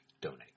donate